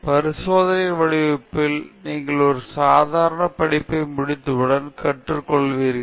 பரிசோதனைகள் வடிவமைப்பில் நீங்கள் ஒரு சாதாரண படிப்பை முடித்தவுடன் கற்றுக் கொள்வீர்கள்